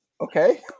okay